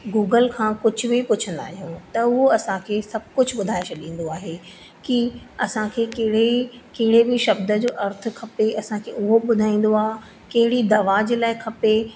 Google खां कुझु बि पुछंदा आहियूं त उहो असांखे सभु कुझु ॿुधाए छॾींदो आहे की असांखे कहिड़े कहिड़े बि शब्द जो अर्थ खपे असांखे उहो ॿुधाईंदो आहे कहिड़ी दवा जे लाइ खपे